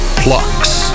plucks